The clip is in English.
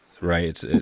right